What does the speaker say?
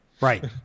right